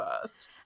first